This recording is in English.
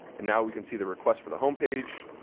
and now, we can see the request for the home page,